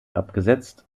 abgesetzt